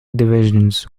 divisions